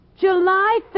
July